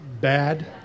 bad